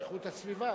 איכות הסביבה.